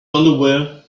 underwear